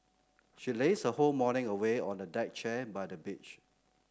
she lazed her whole morning away on a deck chair by the beach